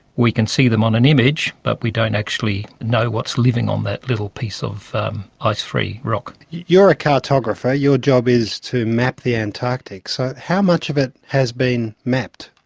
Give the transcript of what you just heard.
we can see them on an image but we don't necessarily know what's living on that little piece of ice-free rock. you're a cartographer. your job is to map the antarctic, so how much of it has been mapped?